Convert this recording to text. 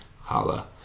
holla